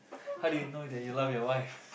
how do you know that you love your wife